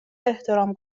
احترام